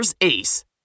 Ace